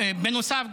בנוסף,